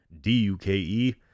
D-U-K-E